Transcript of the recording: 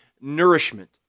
nourishment